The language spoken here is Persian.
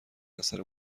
اثر